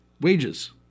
wages